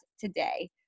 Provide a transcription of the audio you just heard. today